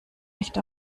nicht